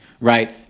right